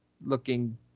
looking